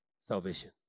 Salvation